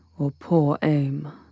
or poor aim.